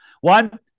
One